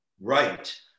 Right